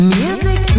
music